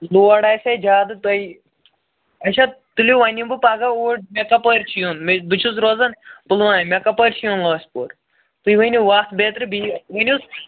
load آسہِ ہے زیٛادٕ تۄہہِ آچھا تُلِو وۄنۍ یِم بہٕ پگاہ اوٗۍ مےٚ کَپٲرۍ چھُ یُن مےٚ بہٕ چھُس روزان پُلوامہِ مےٚ کَپٲرۍ چھُ یُن لٲسۍ پوٗر تُہۍ ؤنِو وَتھ بیترٕ بیٚیہِ ؤنِو